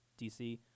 DC